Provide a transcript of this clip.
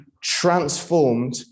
transformed